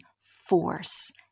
force